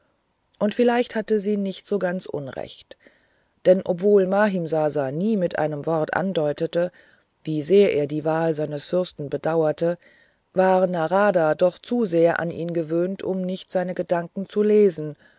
und vielleicht hatte sie nicht so ganz unrecht denn obwohl mahimsasa nie mit einem wort andeutete wie sehr er die wahl seines fürsten bedauerte war aarada doch zu sehr an ihn gewöhnt um nicht seine gedanken zu lesen